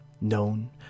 known